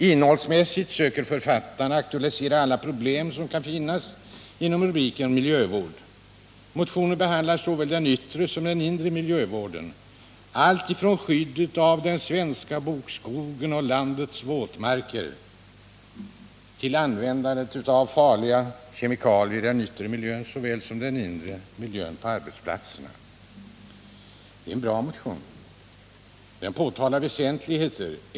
Innehållsmässigt söker författarna aktualisera alla problem som kan rymmas under rubriken miljövård. Motionen behandlar såväl den yttre som den inre miljövården, alltifrån skyddet av den svenska bokskogen och landets våtmarker till användandet av farliga kemikalier i den yttre miljön såväl som i den inre miljön på arbetsplatserna. Det är en bra motion. Den påtalar väsentligheter.